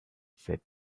said